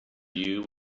you